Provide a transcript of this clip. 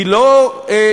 היא לא אימאמית,